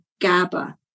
GABA